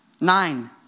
nine